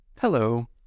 Hello